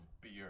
beer